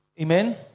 Amen